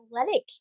athletic